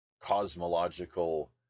cosmological